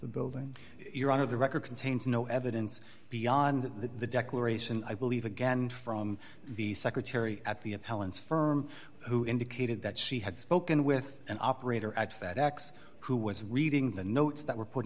the building your honor the record contains no evidence beyond the declaration i believe again from the secretary at the appellant's firm who indicated that she had spoken with an operator at fedex who was reading the notes that were put